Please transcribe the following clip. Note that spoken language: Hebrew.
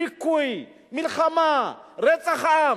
דיכוי, מלחמה, רצח עם,